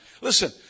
Listen